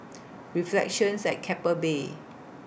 Reflections At Keppel Bay